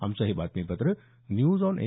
आमचं हे बातमीपत्र न्यूज ऑन ए